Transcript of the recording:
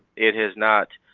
it is not